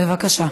בבקשה.